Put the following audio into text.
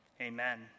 amen